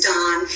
Don